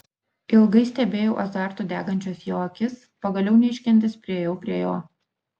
ilgai stebėjau azartu degančias jo akis pagaliau neiškentęs priėjau prie jo